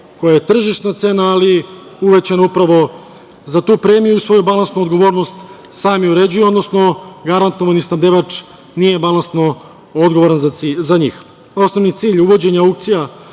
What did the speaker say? koja je tržišna cena, ali uvećano upravo za tu premiju i svoju balansnu odgovornost sami uređuju, odnosno garantovani snabdevač nije balansno odgovoran za njih. Osnovni cilj uvođenja aukcija